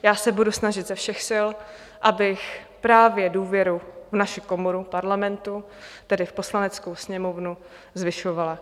Já se budu snažit ze všech sil, abych důvěru v naši komoru Parlamentu, tedy v Poslaneckou sněmovnu, zvyšovala.